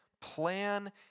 plan